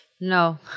No